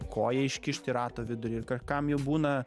koja iškišti į rato vidurį ir kakam jau būna